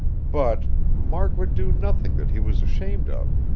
but mark would do nothing that he was shamed of.